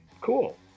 cool